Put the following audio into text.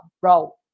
bro